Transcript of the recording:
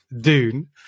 Dune